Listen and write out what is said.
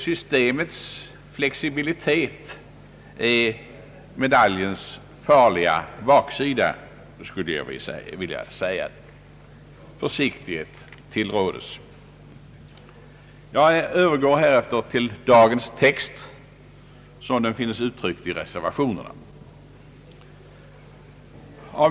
Systemets flexibilitet är medaljens farliga baksida, skulle jag vilja säga. Försiktighet tillråds! Jag övergår härefter till dagens text, sådan den finnes uttryckt i reservationerna.